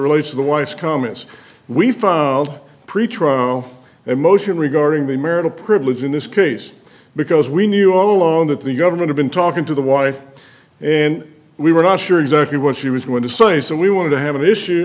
relates to the wife's comments we filed pretrial and motion regarding the marital privilege in this case because we knew all along that the government been talking to the wife and we were not sure exactly what she was going to say so we wanted to have an issue